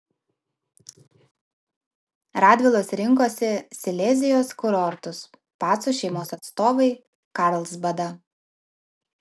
radvilos rinkosi silezijos kurortus pacų šeimos atstovai karlsbadą